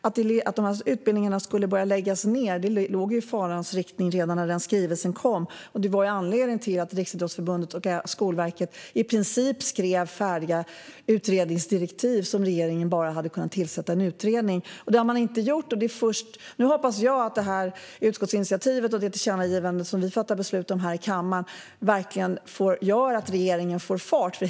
Att dessa utbildningar skulle börja läggas ned låg ju i farans riktning redan när skrivelsen kom, vilket var anledningen till att Riksidrottsförbundet och Skolverket i princip skrev färdiga utredningsdirektiv. Regeringen hade bara kunnat tillsätta en utredning, men det har man inte gjort. Nu hoppas jag att detta utskottsinitiativ och det tillkännagivande som vi fattar beslut om här i kammaren gör att regeringen får fart.